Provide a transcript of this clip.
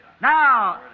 now